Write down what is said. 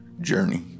journey